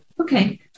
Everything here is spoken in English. okay